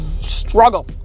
struggle